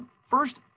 First